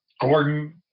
Gordon